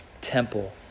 temple